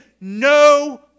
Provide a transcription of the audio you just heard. no